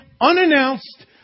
unannounced